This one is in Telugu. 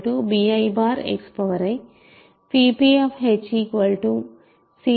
p bixi p cjxj